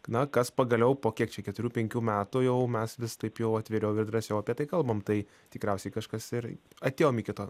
na kas pagaliau po kiek čia keturių penkių metų jau mes vis taip jau atviriau ir drąsiau apie tai kalbam tai tikriausiai kažkas ir atėjom iki to